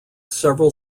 several